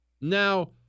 Now